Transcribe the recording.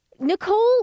Nicole